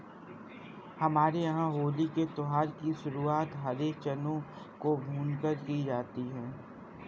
हमारे यहां होली के त्यौहार की शुरुआत हरे चनों को भूनकर की जाती है